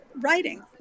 writing